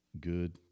good